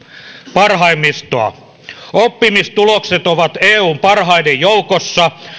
parhaimmistoa oppimistulokset ovat eun parhaiden joukossa